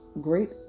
great